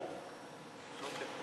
אוקיי.